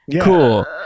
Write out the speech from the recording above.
Cool